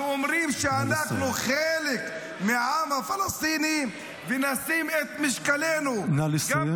ואומרים שאנחנו חלק מהעם הפלסטיני ונשים את משקלנו -- נא לסיים.